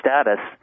status